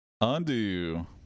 Undo